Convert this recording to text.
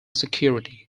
security